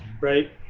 right